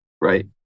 right